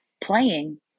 playing